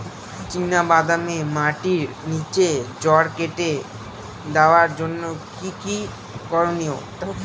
চিনা বাদামে মাটির নিচে জড় কেটে দেওয়ার জন্য কি কী করনীয়?